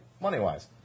money-wise